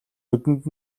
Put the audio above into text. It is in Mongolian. нүдэнд